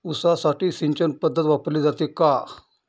ऊसासाठी सिंचन पद्धत वापरली जाते का?